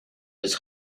his